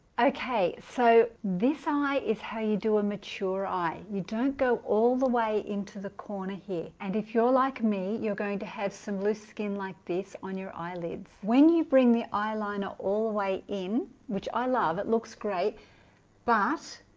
okay so this is how you do a mature eye you don't go all the way into the corner here and if you're like me you're going to have some loose skin like this on your eyelids when you bring the eyeliner all the way in which i love it looks great but